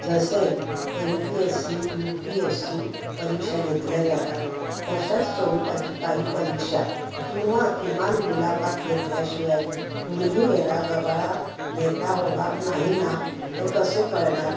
जसे M P S C U P S C परीक्षा घेतल्या जातात तशाच स्वरूपाची काही परीक्षा किंवा किमान मुलाखत घेतल्याशिवाय कुणीही येरा गबाळा नेता होणार नाही ना हे कसे कळणार